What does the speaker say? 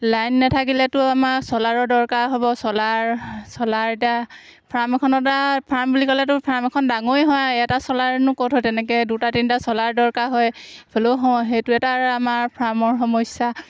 line নাথাকিলেতো আমাৰ চলাৰৰ দৰকাৰ হ'ব চলাৰ চলাৰ এতিয়া ফাৰ্ম এখন এটা ফাৰ্ম বুলি ক'লেতো ফাৰ্ম এখন ডাঙৰেই হয় আৰু এটা চলাৰেনো ক'ত হয় তেনেকৈ দুটা তিনিটা চলাৰ দৰকাৰ হয় হ'লেও সেইটো এটা আমাৰ ফাৰ্মৰ সমস্যা